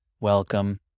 Welcome